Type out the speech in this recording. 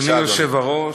אדוני היושב-ראש,